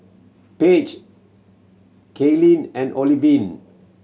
Paige Cayleen and Olivine